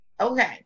Okay